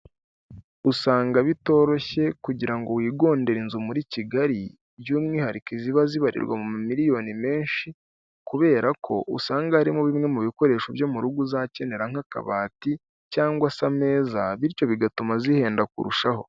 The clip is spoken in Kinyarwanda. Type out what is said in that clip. Usanga bitoroshye kugira ngo wigondere inzu muri Kigali by'umwihariko ziba zibarirwa mu ma miliyoni menshi kubera ko usanga harimo bimwe mu bikoresho byo mu rugo uzakenera nk'akabati cyangwa se ameza, bityo bigatuma zihenda kurushaho.